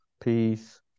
peace